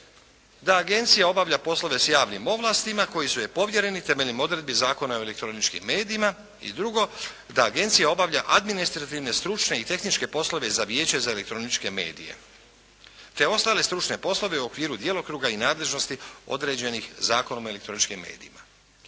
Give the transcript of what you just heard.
da agencija obavlja poslove s javnim ovlastima koji su joj povjereni temeljem odredbi Zakona o elektronički medijima. I drugo, da agencija obavlja administrativne, stručne i tehničke poslove za Vijeće za elektroničke medije te ostale stručne poslove u okviru djelokruga i nadležnosti određenih Zakonom o elektronički medijima.